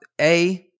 A-